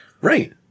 Right